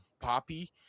poppy